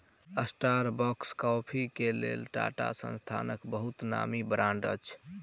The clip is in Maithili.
स्टारबक्स कॉफ़ी के लेल टाटा संस्थानक बहुत नामी ब्रांड अछि